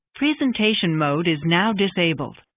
presentation mode is now disabled.